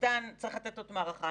צריך לתת אות מערכה,